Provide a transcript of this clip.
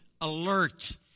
alert